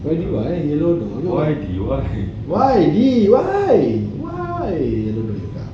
yellow door yellow door Y D Y Y Y yellow door